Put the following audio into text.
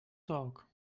talk